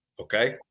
Okay